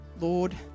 Lord